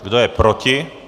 Kdo je proti?